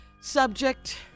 Subject